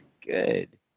Good